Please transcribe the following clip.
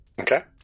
Okay